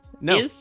No